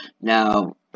Now